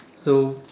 so